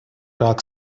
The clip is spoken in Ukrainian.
рак